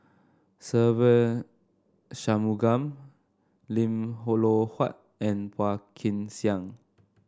Se Ve Shanmugam Lim Huat and Phua Kin Siang